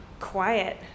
quiet